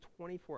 24